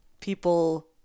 people